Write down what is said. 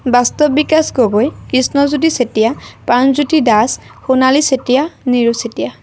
বাস্তৱ বিকাশ গগৈ কৃষ্ণ জ্যোতি চেতিয়া প্ৰাণজ্যোতি দাস সোণালী চেতিয়া নিৰু চেতিয়া